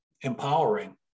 empowering